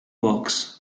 box